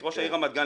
את ראש העיר רמת גן,